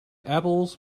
apples